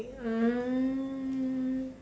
um